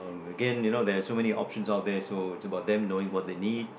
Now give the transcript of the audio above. again you know there's so many option out there so is about them knowing what they need